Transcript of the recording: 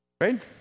Right